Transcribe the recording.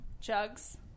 jugs